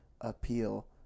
appeal